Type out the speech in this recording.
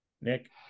Nick